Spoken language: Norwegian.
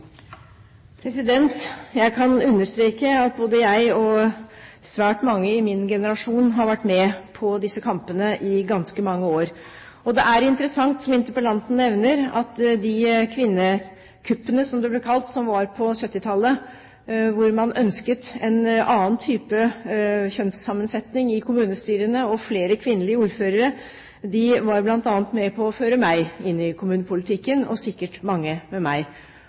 Jeg kan understreke at både jeg og svært mange i min generasjon har vært med på disse kampene i ganske mange år. Det er interessant det som interpellanten nevner, at de kvinnekuppene, som det ble kalt, som var på 1970-tallet – hvor man ønsket en annen kjønnssammensetning i kommunestyrene og flere kvinnelige ordførere – var bl.a. med på å føre meg inn i kommunepolitikken, og sikkert mange med meg.